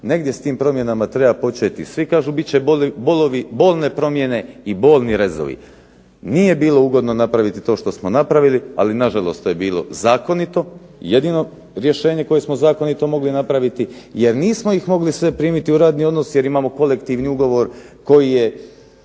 Negdje s tim promjenama treba početi. Svi kažu bit će bolne promjene i bolni rezovi. Nije bilo ugodno napraviti to što smo napravili, ali na žalost to je bilo zakonito i jedino rješenje koje smo mogli zakonito napraviti, jer nismo ih mogli sve primiti u radni odnos jer imamo kolektivni ugovor koji je